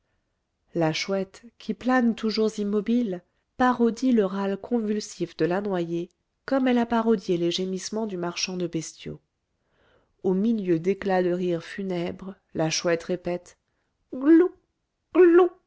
la chouette qui plane toujours immobile parodie le râle convulsif de la noyée comme elle a parodié les gémissements du marchand de bestiaux au milieu d'éclats de rire funèbres la chouette répète